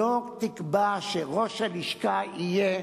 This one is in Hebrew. שלא תקבע שראש הלשכה יהיה